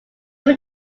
were